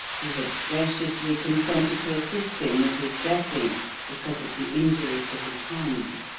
who had graciously consented to assist him with his dressing because of the injury to his hand.